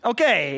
Okay